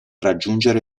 raggiungere